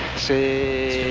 see